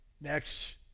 Next